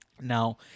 Now